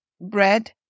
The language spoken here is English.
bread